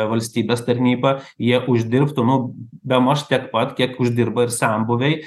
valstybės tarnybą jie uždirbtų nu bemaž tiek pat kiek uždirba ir senbuviai